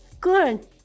Good